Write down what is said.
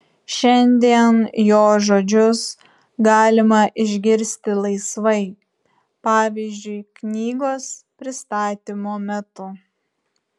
šiandien jo žodžius galima išgirsti laisvai pavyzdžiui knygos pristatymo metu